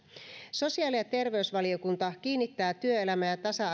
sosiaali ja terveysvaliokunta kiinnittää työelämä ja tasa